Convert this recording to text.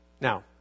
Now